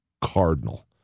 cardinal